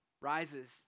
rises